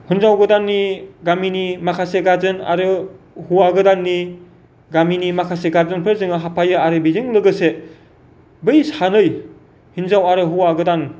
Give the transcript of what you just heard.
हिनजाव गोदाननि गामिनि माखासे गार्जेन आरो हौआ गोदाननि गामिनि माखासे गार्जेनफोर जोङो हाबफैयो आरो बेजों लोगोसे बै सानै हिनजाव आरो हौआ गोदान